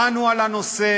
דנו על הנושא.